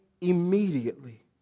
immediately